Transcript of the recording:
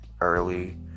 early